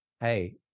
hey